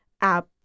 app